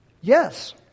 Yes